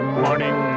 morning